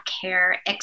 care